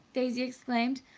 daisy exclaimed.